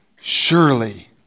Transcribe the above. surely